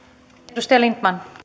arvoisa